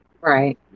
right